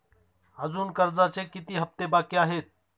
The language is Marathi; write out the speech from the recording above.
अजुन कर्जाचे किती हप्ते बाकी आहेत?